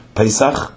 pesach